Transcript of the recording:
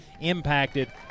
impacted